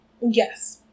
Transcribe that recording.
Yes